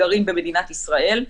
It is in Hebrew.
גרים במדינת ישראל,